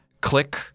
Click